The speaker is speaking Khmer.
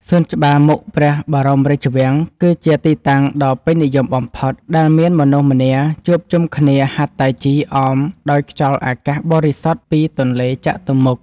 សួនច្បារមុខព្រះបរមរាជវាំង គឺជាទីតាំងដ៏ពេញនិយមបំផុត ដែលមានមនុស្សម្នាជួបជុំគ្នាហាត់តៃជីអមដោយខ្យល់អាកាសបរិសុទ្ធពីទន្លេចតុមុខ។